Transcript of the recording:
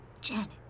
Janet